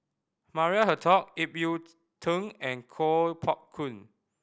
Maria Hertogh Ip Yiu Tung and Kuo Pao Kun